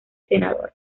senador